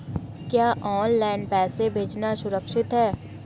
क्या ऑनलाइन पैसे भेजना सुरक्षित है?